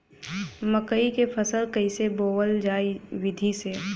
मकई क फसल कईसे बोवल जाई विधि से?